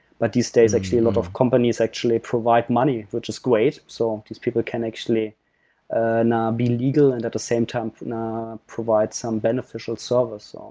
but these days, actually a lot of companies actually provide money, which is great. so um these people can actually and be legal and at the same time provide some beneficial servers. um